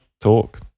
talk